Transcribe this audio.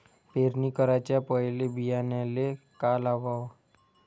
पेरणी कराच्या पयले बियान्याले का लावाव?